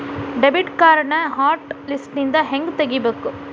debit ಕಾರ್ಡ್ನ hot ಲಿಸ್ಟ್ನಿಂದ ಹೆಂಗ ತೆಗಿಬೇಕ